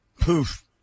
poof